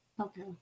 Okay